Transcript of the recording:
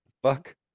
fuck